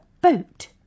boat